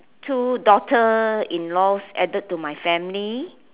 two daughter in laws added to my family